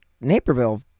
Naperville